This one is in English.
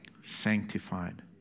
sanctified